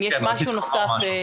אם יש משהו נוסף.